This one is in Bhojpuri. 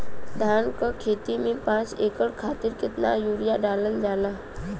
धान क खेती में पांच एकड़ खातिर कितना यूरिया डालल जाला?